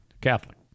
Catholic